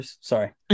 Sorry